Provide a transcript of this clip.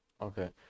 Okay